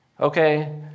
Okay